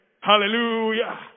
Hallelujah